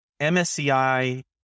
MSCI